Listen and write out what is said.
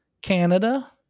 Canada